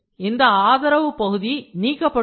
இந்த ஆதரவு பகுதி நீக்கப்பட்டு விடும்